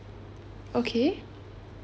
okay